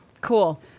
Cool